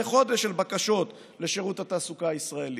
חודש של בקשות לשירות התעסוקה הישראלי.